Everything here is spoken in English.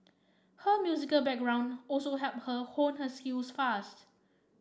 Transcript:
her musical background also helped her hone her skills fast